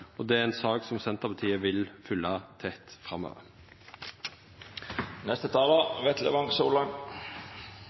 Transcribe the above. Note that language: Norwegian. Noreg. Det er ei sak som Senterpartiet vil fylgja tett framover.